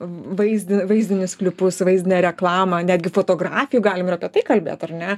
vaizdin vaizdinius klipus vaizdinę reklamą netgi fotografijų galim ir apie tai kalbėt ar ne